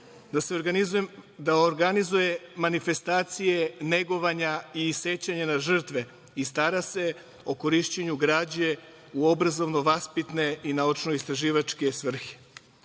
da organizuje manifestacije negovanja i sećanja na žrtve i stara se o korišćenju građe u obrazovno-vaspitne i naučno-istraživačke